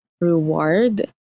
reward